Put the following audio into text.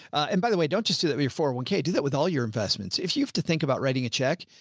and by the way, don't just do that before one can do that with all your investments. if you have to think about writing a check,